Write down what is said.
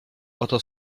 oto